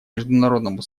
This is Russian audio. международному